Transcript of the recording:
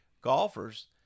golfers